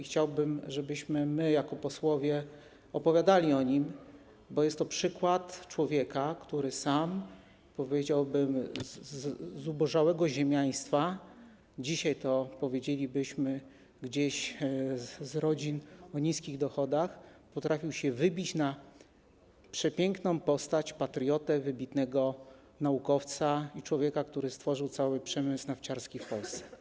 Chciałbym, żebyśmy my jako posłowie opowiadali o nim, bo jest to przykład człowieka, który sam, powiedziałbym, ze zubożałego ziemiaństwa, dzisiaj powiedzielibyśmy: gdzieś z rodzin o niskich dochodach, potrafił się wybić na przepiękną postać, patriotę, wybitnego naukowca i człowieka, który stworzył cały przemysł nafciarski w Polsce.